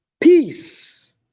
peace